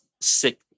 sick